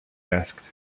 asked